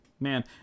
Man